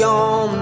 on